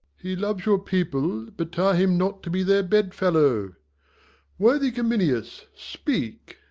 he loves your people but tie him not to be their bedfellow worthy cominius, speak.